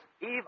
Eve